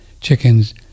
chickens